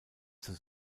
zur